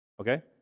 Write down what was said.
Okay